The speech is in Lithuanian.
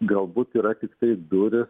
galbūt yra tiktai dūrys